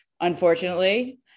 unfortunately